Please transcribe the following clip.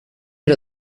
had